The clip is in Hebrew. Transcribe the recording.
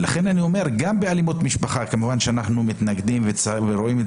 לכן אני אומר שגם באלימות משפחה כמובן שאנחנו מתנגדים ורואים את